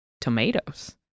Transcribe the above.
tomatoes